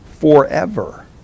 forever